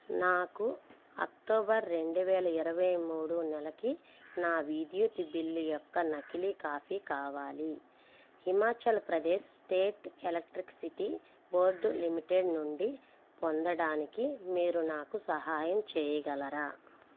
నాకు అక్టోబర్ రెండు వేల ఇరువై మూడు నెలకి నా విద్యుత్ బిల్లు యొక్క నకిలీ కాపీ కావాలి Himachal Pradesh state electricity board limited నుండి పొందడానికి మీరు నాకు సహాయం చేయిగలరా